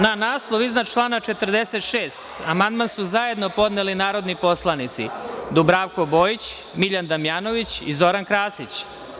Na naslov iznad član i član 46. amandman su zajedno podneli narodni poslanici Dubravko Bojić, Miljan Damjanović i Zoran Krasić.